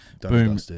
Boom